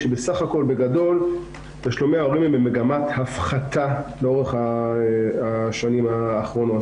שבגדול תשלומי ההורים הם במגמת הפחתה לאורך השנים האחרונות.